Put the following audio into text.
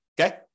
Okay